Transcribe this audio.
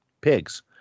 pigs